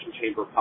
chamber